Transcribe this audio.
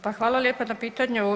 Pa hvala lijepa na pitanju.